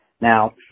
Now